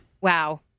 Wow